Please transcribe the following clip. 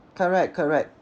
correct correct